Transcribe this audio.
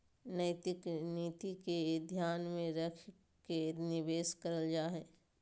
नैतिक नीति के ध्यान में रख के निवेश करल जा हइ